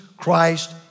Christ